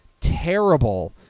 terrible